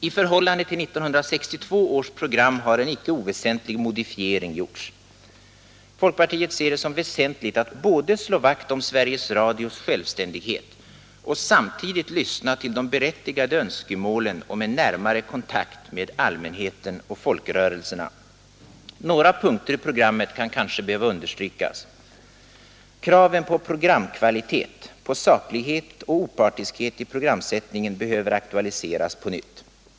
I förhållande till 1962 års program har en icke oväsentlig modifiering gjorts. Folkpartiet ser det som angeläget att både slå vakt om Sveriges Radios självständighet och samtidigt lyssna till de berättigade önskemålen om en närmare kontakt med allmänheten och folkrörelserna. Några punkter ur programmet kan behöva understrykas: Kraven på programkvalitet, på saklighet och opartiskhet i programsättningen behöver aktualiseras på nytt.